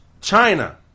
China